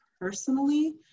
personally